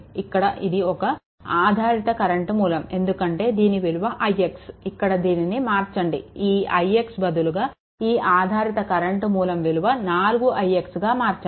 ఇక్కడ ఇది ఒక ఆధారిత కరెంట్ మూలం ఎందుకంటే దీని విలువ ix ఇక్కడ దీనిని మార్చండి ఈ ix బదులుగా ఈ ఆధారిత కరెంట్ మూలం విలువ 4 ix గా మార్చండి